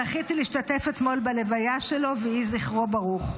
זכיתי להשתתף אתמול בלוויה שלו, ויהי זכרו ברוך.